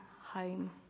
home